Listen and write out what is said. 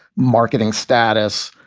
marketing status,